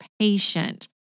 patient